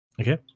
Okay